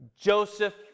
Joseph